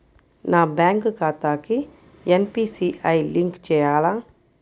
నా బ్యాంక్ ఖాతాకి NPCI link చేయాలా?